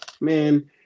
Man